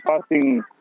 passing